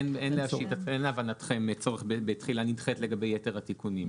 אין להבנתכם צורך בתחילה נדחית לגבי יתר התיקונים.